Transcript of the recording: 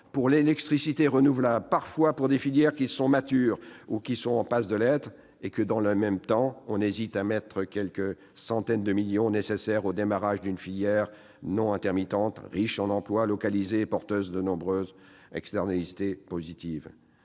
pour l'électricité renouvelable, parfois pour des filières qui sont matures ou en passe de l'être, et que, dans le même temps, on hésite à mettre les quelques centaines de millions nécessaires au démarrage d'une filière non intermittente, riche en emplois localisés et porteuse de nombreuses externalités positives.